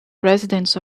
presidents